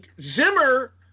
Zimmer